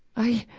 i,